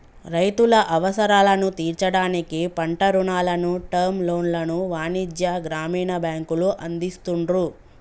రైతుల అవసరాలను తీర్చడానికి పంట రుణాలను, టర్మ్ లోన్లను వాణిజ్య, గ్రామీణ బ్యాంకులు అందిస్తున్రు